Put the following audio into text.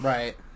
Right